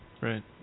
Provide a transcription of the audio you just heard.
right